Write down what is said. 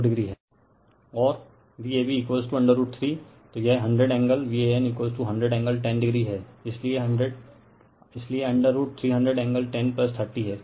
refer slide time 1533 और Vab √ 3 तो यह 100 एंगल Van 100 एंगल 10o है इसलिए √300 एंगल 10 30 हैं